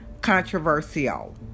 controversial